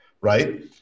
right